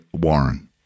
Warren